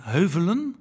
Heuvelen